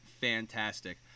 fantastic